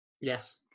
Yes